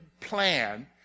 plan